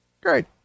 Great